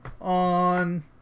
on